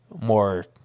more